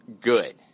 good